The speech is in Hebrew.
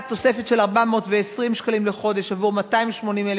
תוספת של 420 שקלים לחודש עבור 280,000